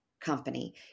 company